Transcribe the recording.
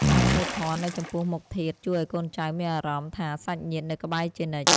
ការសូត្រធម៌នៅចំពោះមុខធាតុ ជួយឱ្យកូនចៅមានអារម្មណ៍ថាសាច់ញាតិនៅក្បែរជានិច្ច។